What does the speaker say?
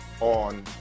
on